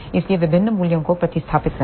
इसलिए विभिन्न मूल्यों को प्रतिस्थापित करें